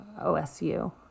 OSU